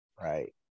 Right